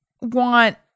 want